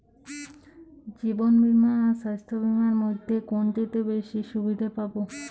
জীবন বীমা আর স্বাস্থ্য বীমার মধ্যে কোনটিতে বেশী সুবিধে পাব?